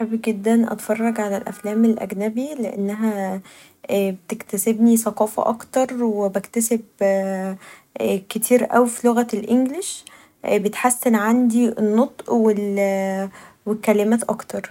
بحب جدا اتفرج علي الأفلام الأجنبي لأنها بتكتسبني ثقافه اكتر و بكتسب كتير اوي في لغه الانجلش و بتحسن عندي النطق و الكلمات اكتر.